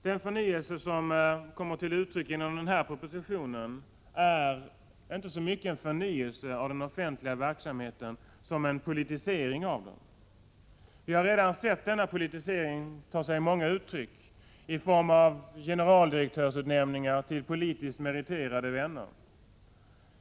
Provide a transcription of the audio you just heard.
Den förnyelse som kommer till uttryck i denna proposition är inte så mycket av förnyelse av den offentliga verksamheten som en politisering av den. Vi har redan sett denna politisering ta sig många uttryck i form av generaldirektörsutnämningar till politiskt meriterade vänner.